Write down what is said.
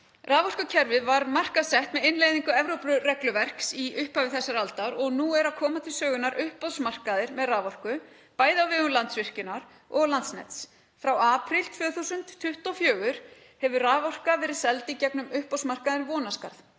Raforkukerfið var markaðssett með innleiðingu Evrópuregluverks í upphafi þessarar aldar og nú eru að koma til sögunnar uppboðsmarkaðir með raforku, bæði á vegum Landsvirkjunar og Landsnets. Frá apríl 2024 hefur raforka verið seld í gegnum uppboðsmarkaðinn Vonarskarð.